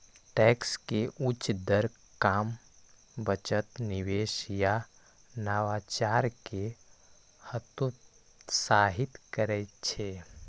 tax के उच्च दर काम, बचत, निवेश आ नवाचार कें हतोत्साहित करै छै